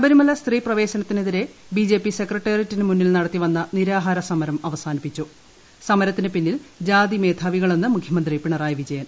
ശബരിമല സ്ത്രീ പ്രവേശനത്തിനെതിരേ ബിജെപി സെക്രട്ടേറിയേറ്റിന് മുന്നിൽ നടത്തിവന്ന നിരാഹാര സമരം അവസാനിപ്പിച്ചു സമരത്തിന് പിന്നിൽ ജാതി മേധാവികളെന്ന് മുഖ്യമന്ത്രി പിണറായി വിജയൻ